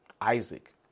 Isaac